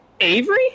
Avery